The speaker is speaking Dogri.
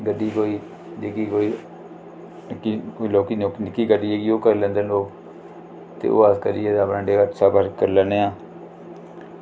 गड्डी कोई डिग्गी कोई कोई निक्की लौह्की नेईं ओह् करी लैंदे लोक ते ओह् करियै अपना सफर करी लैन्ने आं